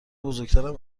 بزرگترم